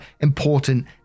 important